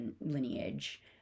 lineage